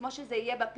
זה כמו שזה יהיה ב-PSD,